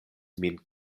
min